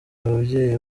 ababyeyi